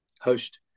host